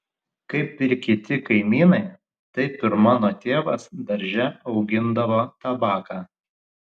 kaip ir kiti kaimynai taip ir mano tėvas darže augindavo tabaką